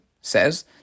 says